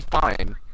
fine